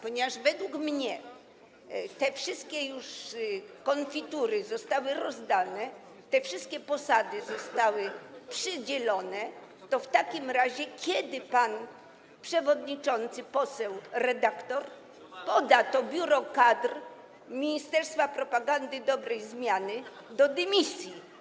Ponieważ według mnie już te wszystkie konfitury zostały rozdane, te wszystkie posady zostały przydzielone, to w takim razie kiedy pan przewodniczący poseł, redaktor poda to biuro kadr ministerstwa propagandy dobrej zmiany do dymisji?